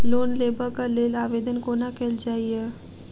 Loan लेबऽ कऽ लेल आवेदन कोना कैल जाइया?